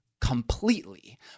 completely